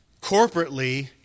corporately